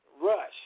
Rush